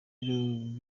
birego